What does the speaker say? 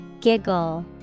Giggle